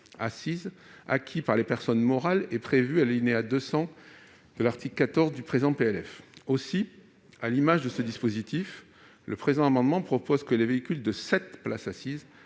assises, acquis par des personnes morales, est prévu à l'alinéa 200 de l'article 14 du présent PLF. À l'image de ce dispositif, le présent amendement propose que les véhicules de sept places assises,